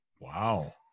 Wow